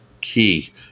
key